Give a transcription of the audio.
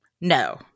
No